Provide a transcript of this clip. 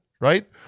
right